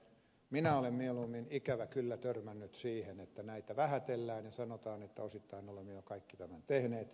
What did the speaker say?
minä olen mieluummin ikävä kyllä törmännyt siihen että näitä vähätellään ja sanotaan että osittain olemme jo kaiken tämän tehneet